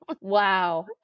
Wow